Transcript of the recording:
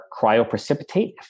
cryoprecipitate